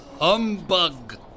humbug